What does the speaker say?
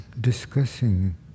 discussing